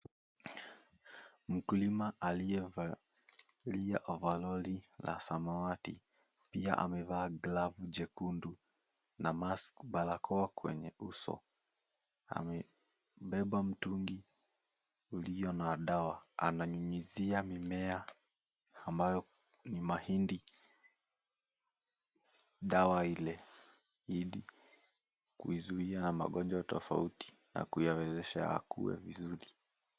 Mkulima aliyevalia ovaroli la samawati, pia amevaa glavu jekundu na mask barakoa kwenye uso. Amebeba mtungi uliyo na dawa, ananyunyizia mimea ambayo ni mahindi. Dawa ile ili kuizuia magonjwa tofauti na kuyawezesha ya kuwe vizuri.